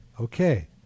Okay